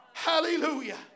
Hallelujah